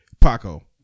Paco